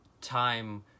time